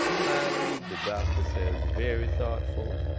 finally the doctor says very thoughtful